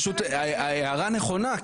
ההערה נכונה,